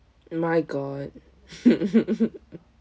my god